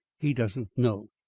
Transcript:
he doesn't know.